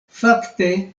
fakte